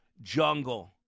jungle